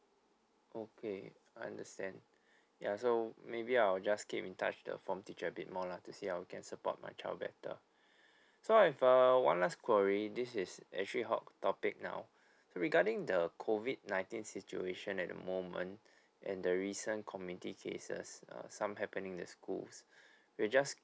okay I understand ya so maybe I'll just keep in touch with the form teacher a bit more lah to see how can support my child better so I have a one last query this is actually hot topic now regarding the COVID nineteen situation at the moment and the recent community cases uh some happenings in the school we just